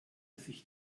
sich